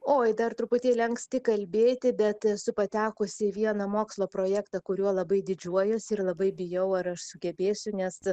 oi dar truputėlį anksti kalbėti bet esu patekusi į vieną mokslo projektą kuriuo labai didžiuojuosi ir labai bijau ar aš sugebėsiu nes